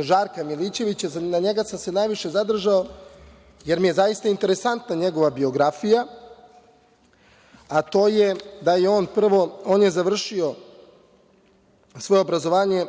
Žarka Milićevića. Na njemu sam se najviše zadržao, jer mi je zaista interesantna njegova biografija, a to je da je on završio svoje obrazovanje,